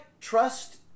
trust